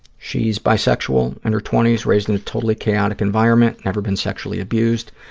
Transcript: she is bisexual, in her twenty s, raised in a totally chaotic environment, never been sexually abused,